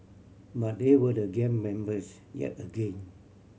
but there were the gang members yet again